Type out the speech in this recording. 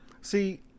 See